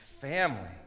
family